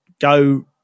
go